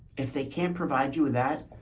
if they can't provide you with that,